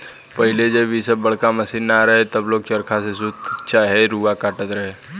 पहिले जब इ सब बड़का मशीन ना रहे तब लोग चरखा से सूत चाहे रुआ काटत रहे